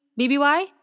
BBY